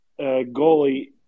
goalie